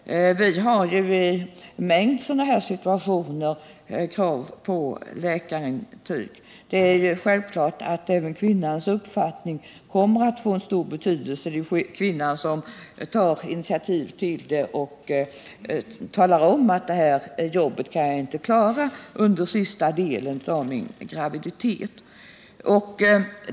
Vi har i en mängd sådana här situationer krav på läkarintyg. Det är självklart att även kvinnans uppfattning kommer att få stor betydelse, om hon tar initiativ och talar om att hon inte klarar av ett jobb under den sista delen av sin graviditet.